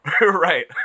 right